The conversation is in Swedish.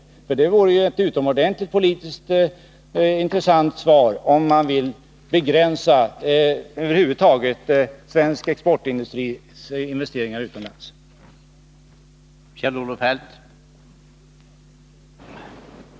Politiskt vore det ett utomordentligt intressant svar på frågan om man vill begränsa svensk exportindustris investeringar utomlands över huvud taget.